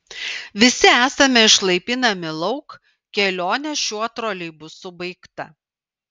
visi esame išlaipinami lauk kelionė šiuo troleibusu baigta